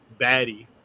baddie